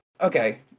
okay